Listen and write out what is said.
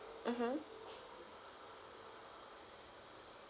mmhmm